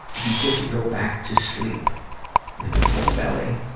you get to go back to sleep with a full belly,